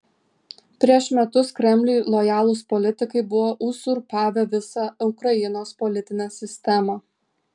prieš metus kremliui lojalūs politikai buvo uzurpavę visą ukrainos politinę sistemą